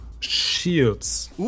Shields